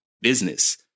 business